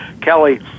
Kelly